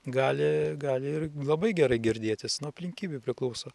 gali gali ir labai gerai girdėtis nuo aplinkybių priklauso